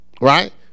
Right